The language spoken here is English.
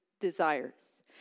desires